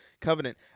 Covenant